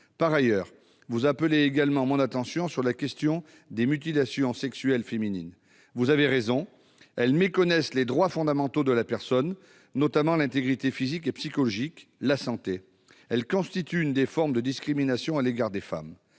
Par ailleurs, vous appelez l'attention sur la question des mutilations sexuelles féminines. Vous avez raison, ces pratiques méconnaissent les droits fondamentaux de la personne, notamment l'intégrité physique et psychologique. Elles constituent l'une des formes de discrimination à l'égard des femmes.